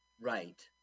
Right